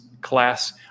class